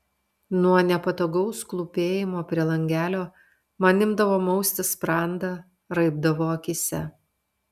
nuo nepatogaus klūpėjimo prie langelio man imdavo mausti sprandą raibdavo akyse